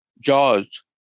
JAWS